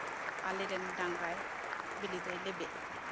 ᱟᱞᱮᱨᱮᱱ ᱰᱟᱝᱨᱟ ᱵᱮᱹᱞᱮᱹᱫᱚᱭ ᱞᱮᱵᱮᱫ ᱟᱠᱟᱫᱟ